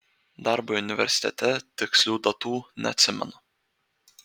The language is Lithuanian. darbui universitete tikslių datų neatsimenu